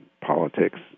politics